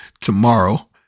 tomorrow